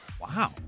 Wow